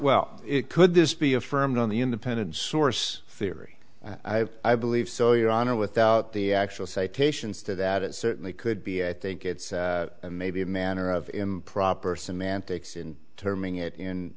well it could this be affirmed on the independent source theory i believe so your honor without the actual citations to that it certainly could be i think it's maybe a manner of improper semantics in terming it in